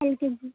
LKG